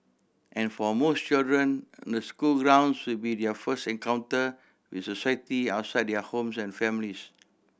and for most children the school grounds should be their first encounter with society outside their homes and families